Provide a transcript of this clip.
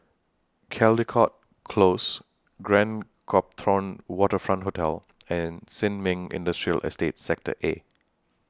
Caldecott Close Grand Copthorne Waterfront Hotel and Sin Ming Industrial Estate Sector A